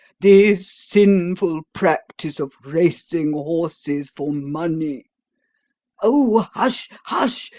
this sinful practice of racing horses for money oh, hush, hush!